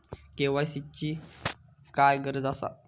KYC ची काय गरज आसा?